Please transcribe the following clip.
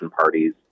parties